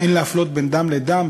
אין להפלות בין דם לדם,